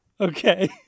Okay